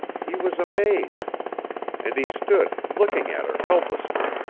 he was amazed and he stood, looking at her helplessly,